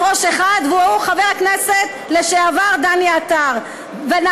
המוסד החשוב, חברת הכנסת נורית קורן, אני